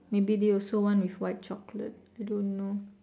maybe they also want with white chocolate I don't know